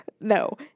no